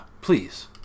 Please